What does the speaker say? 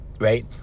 right